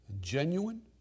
genuine